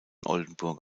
oldenburg